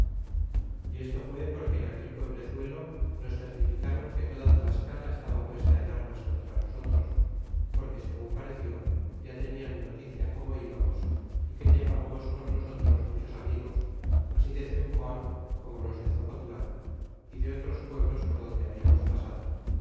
y esto fué porque en aquel pueblezuelo nos certificaron que toda tlascala estaba puesta en armas contra nosotros porque segun pareció ya tenian noticia como íbamos y que llevábamos con nosotros muchos amigos así de cempoal como los de zocotlan y de otros pueblos por donde habíamos pasado